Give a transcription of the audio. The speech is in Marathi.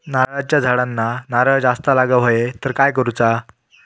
नारळाच्या झाडांना नारळ जास्त लागा व्हाये तर काय करूचा?